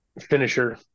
Finisher